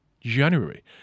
January